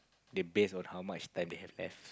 they base on how much time they have left